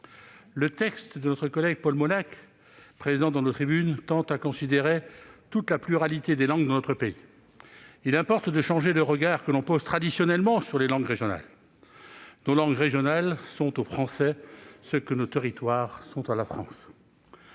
Le texte de notre collègue Paul Molac, présent dans nos tribunes, tend à considérer toute la pluralité des langues dans notre pays. Il importe de changer le regard que l'on pose traditionnellement sur les langues régionales. Ces langues sont au français ce que nos territoires sont à la France.